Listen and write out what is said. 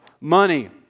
money